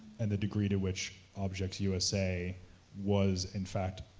and the degree to which objects usa was, in fact,